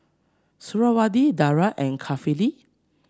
Suriawati Dara and Kifli